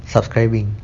subscribing